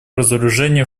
разоружению